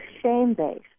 shame-based